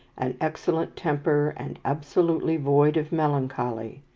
an excellent temper, and absolutely void of melancholy,